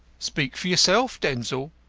speak for yourself, denzil.